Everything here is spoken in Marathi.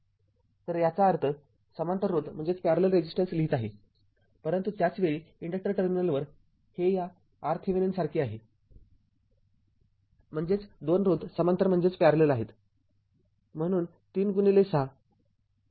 तर याचा अर्थ समांतर रोध लिहीत आहे परंतु त्याच वेळी इन्डक्टर टर्मिनलवर हे या R थेविनिन सारखे आहे म्हणजेच दोन रोध समांतर आहेत म्हणून ३६ भागिले ३६२Ω आहे